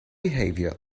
behavior